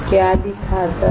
क्या दिखाता है